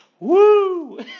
Woo